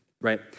right